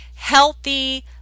healthy